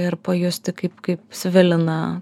ir pajusti kaip kaip svilina